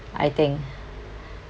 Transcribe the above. I think